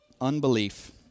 unbelief